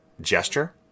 gesture